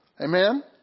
Amen